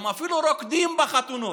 הם אפילו רוקדים בחתונות.